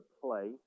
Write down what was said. play